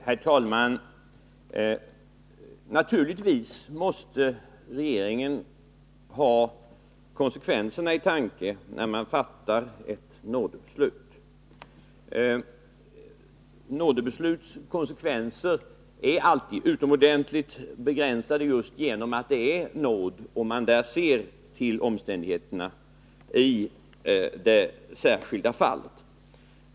Herr talman! Naturligtvis måste regeringen när den fattar ett nådebeslut ha konsekvenserna av detta i åtanke. Nådebesluts konsekvenser är alltid utomordentligt begränsade just genom att det är nåd som ges och man där ser till omständigheterna i det särskilda fallet.